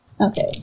Okay